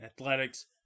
Athletics